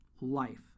life